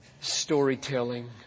Storytelling